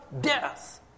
death